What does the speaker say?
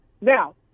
Now